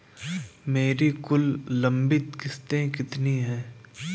मेरी कुल लंबित किश्तों कितनी हैं?